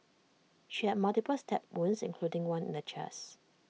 she had multiple stab wounds including one in the chest